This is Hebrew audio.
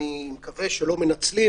אני מקווה שהם לא מנצלים,